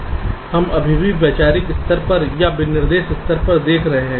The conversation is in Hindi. हम अभी भी वैचारिक स्तर पर या विनिर्देश स्तर पर देख रहे हैं